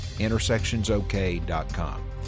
intersectionsok.com